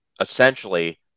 essentially